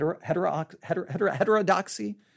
Heterodoxy